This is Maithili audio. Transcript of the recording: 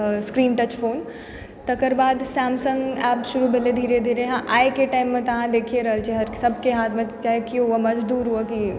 स्क्रीन टच फोन तकरबाद सैमसंग आबि शुरू भेलय धीरे धीरे आइके टाइममे तऽ अहाँ देखियै रहल छियै हर सबके हाथमे चाहे केओ होइ मजदूर होइ कि